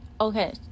okay